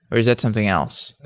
or is that something else?